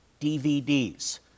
DVDs